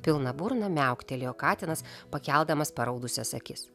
pilna burna miauktelėjo katinas pakeldamas paraudusias akis